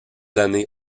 années